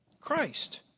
Christ